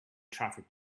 traffic